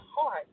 heart